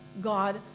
God